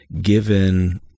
given